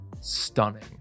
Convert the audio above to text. stunning